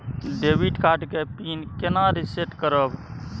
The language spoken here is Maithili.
डेबिट कार्ड के पिन केना रिसेट करब?